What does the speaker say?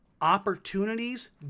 Opportunities